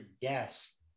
yes